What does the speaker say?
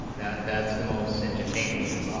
that that's the most entertaining,